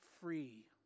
free